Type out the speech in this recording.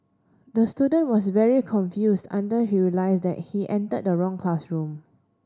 the student was very confused until he realised that he entered the wrong classroom